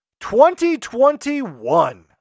2021